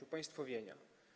Upaństwowienie?